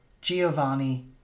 Giovanni